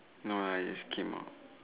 no lah just came out